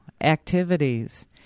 activities